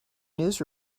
news